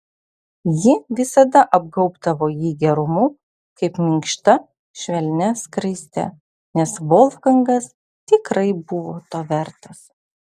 ji visada apgaubdavo jį gerumu kaip minkšta švelnia skraiste nes volfgangas tikrai buvo to vertas